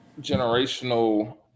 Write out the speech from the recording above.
generational